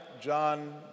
John